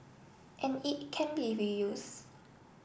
and it can be reuse